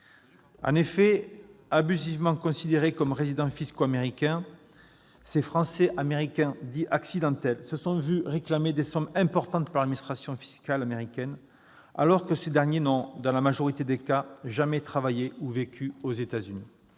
En effet, abusivement considérés comme « résidents fiscaux américains », ces Français, « Américains accidentels », se sont vus réclamer des sommes importantes par l'administration fiscale américaine, alors qu'ils n'ont, dans la majorité des cas, jamais travaillé ou vécu aux États-Unis.